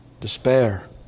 despair